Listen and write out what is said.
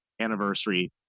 anniversary